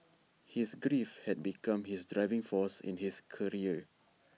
his grief had become his driving force in his career